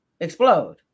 explode